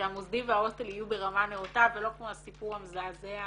שהמוסדי וההוסטלי יהיו ברמה נאותה ולא כמו הסיפור המזעזע